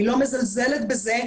אני לא מזלזלת בזה,